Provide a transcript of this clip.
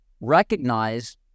recognize